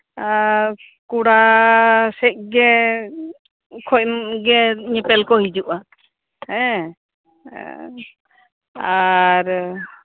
ᱠᱚᱲᱟ ᱥᱮᱡ ᱜᱮ ᱠᱷᱚᱱ ᱜᱮ ᱧᱮᱞ ᱧᱮᱯᱮᱞ ᱠᱚ ᱦᱤᱡᱩᱜᱼᱟ ᱦᱮᱸ ᱟᱨ